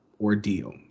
ordeal